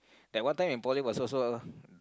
that one time in poly was also